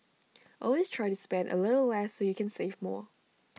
always try to spend A little less so you can save more